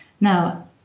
Now